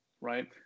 right